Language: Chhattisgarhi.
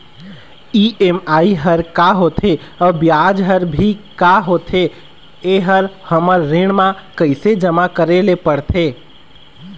ई.एम.आई हर का होथे अऊ ब्याज हर भी का होथे ये हर हमर ऋण मा कैसे जमा करे ले पड़ते?